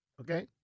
Okay